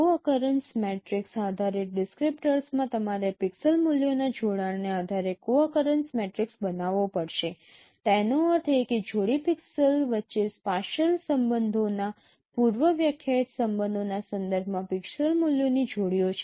કો occurrence matrix આધારિત ડિસક્રીપ્ટર્સમાં તમારે પિક્સેલ મૂલ્યોના જોડાણને આધારે કો અકરેન્સ મેટ્રિક્સ બનાવવો પડશે તેનો અર્થ એ કે જોડી પિક્સેલ્સ વચ્ચે સ્પાશિયલ સંબંધોના પૂર્વ વ્યાખ્યાયિત સંબંધોના સંદર્ભમાં પિક્સેલ મૂલ્યોની જોડીઓ છે